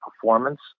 performance